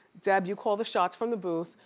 deb, you call the shots from the booth.